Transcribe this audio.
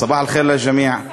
סבאח אל-ח'יר לג'מיעה.